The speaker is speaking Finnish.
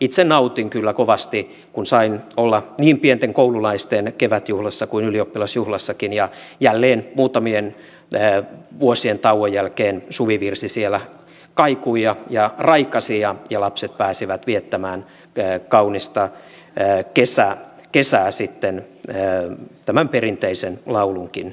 itse nautin kyllä kovasti kun sain olla niin pienten koululaisten kevätjuhlassa kuin ylioppilasjuhlassakin ja jälleen muutamien vuosien tauon jälkeen suvivirsi siellä kaikui ja raikasi ja lapset pääsivät viettämään kaunista kesää sitten tämän perinteisen laulunkin